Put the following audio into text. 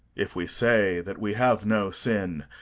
if we say that we have no sin,